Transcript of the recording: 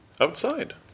Outside